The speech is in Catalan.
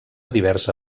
diversa